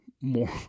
more